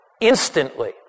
instantly